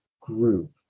group